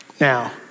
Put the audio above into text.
Now